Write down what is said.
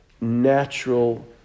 natural